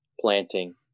planting